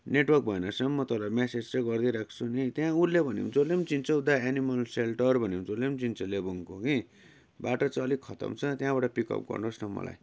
network भएन रहेछ भने पनि म तपाईँलाई मेसेज चाहिँ गरिदिई राख्छु नि त्यहाँ ओर्ह्लियो भने जसले पनि चिन्छ हौ दाइ एनिमल सेल्टर भन्यो भने जसले पनि चिन्छ लेबुङको कि बाटो चाहिँ अलिक खत्तम छ त्यहाँबाट पिकअप गर्नुहोस् न मलाई